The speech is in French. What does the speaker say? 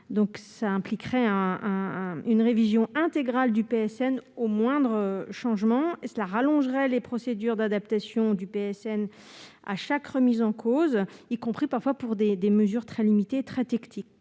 impliquerait une révision intégrale du PSN au moindre changement et rallongerait les procédures d'adaptation requises à chaque remise en cause, y compris pour des mesures très limitées et techniques.